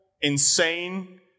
insane